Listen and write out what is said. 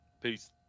Peace